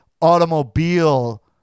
automobile